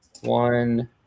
one